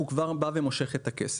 הוא כבר בא ומושך את הכסף.